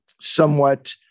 somewhat